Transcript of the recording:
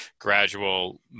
gradual